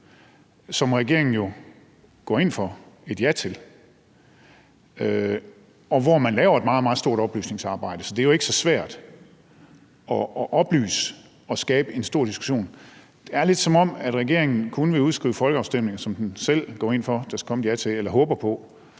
hvor regeringen jo går ind for et ja. Der laver man et meget, meget stort oplysningsarbejde. Så det er jo ikke så svært at oplyse og skabe en stor diskussion. Det er lidt, som om regeringen kun vil udskrive folkeafstemninger, som den selv går ind for at der skal komme et ja til, eller den håber på